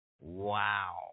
Wow